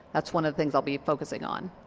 that's one of the things i'll be focusing on.